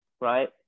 right